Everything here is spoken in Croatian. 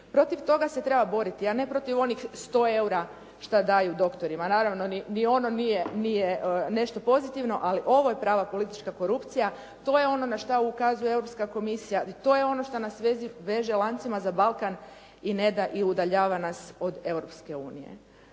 Protiv toga se treba boriti, a ne protiv onih 100 eura šta daju doktorima, naravno ni ono nije nešto pozitivno, ali ovo je prava politička korupcija, to je ono na što ukazuje Europska komisija i to je ono šta nas veže lancima za balkan i ne da i udaljava nas od Europske unije,